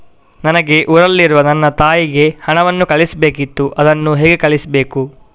ನನಗೆ ಊರಲ್ಲಿರುವ ನನ್ನ ತಾಯಿಗೆ ಹಣವನ್ನು ಕಳಿಸ್ಬೇಕಿತ್ತು, ಅದನ್ನು ಹೇಗೆ ಕಳಿಸ್ಬೇಕು?